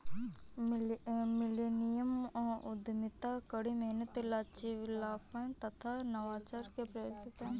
millennium उद्यमिता कड़ी मेहनत, लचीलापन तथा नवाचार से प्रेरित है